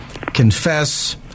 confess